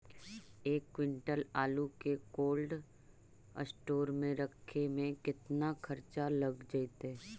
एक क्विंटल आलू के कोल्ड अस्टोर मे रखे मे केतना खरचा लगतइ?